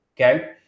Okay